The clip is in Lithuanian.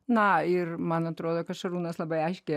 na ir man atrodo kad šarūnas labai aiškiai